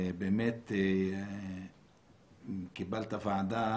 באמת קיבלת ועדה